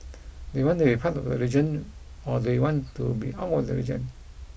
do you want to be part of the region or do you want to be out of the region